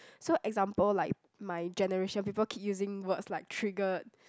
so example like my generation people keep using words like triggered